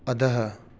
अधः